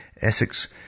Essex